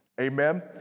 amen